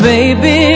Baby